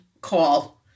call